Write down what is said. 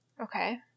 okay